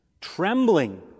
trembling